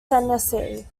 tennessee